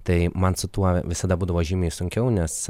tai man su tuo visada būdavo žymiai sunkiau nes